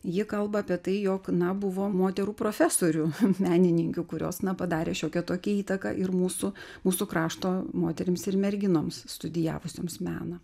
ji kalba apie tai jog na buvo moterų profesorių menininkių kurios na padarė šiokią tokią įtaką ir mūsų mūsų krašto moterims ir merginoms studijavusioms meną